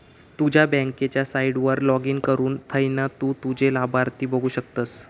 तुझ्या बँकेच्या साईटवर लाॅगिन करुन थयना तु तुझे लाभार्थी बघु शकतस